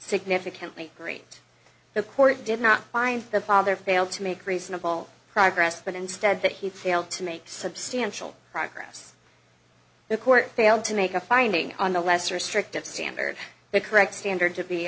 significantly great the court did not find the father failed to make reasonable progress but instead that he failed to make substantial progress the court failed to make a finding on the lesser strict of standard the correct standard to be